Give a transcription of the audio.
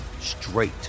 straight